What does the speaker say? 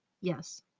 Yes